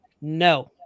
no